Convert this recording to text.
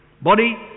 Body